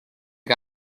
you